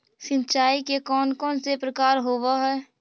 सिंचाई के कौन कौन से प्रकार होब्है?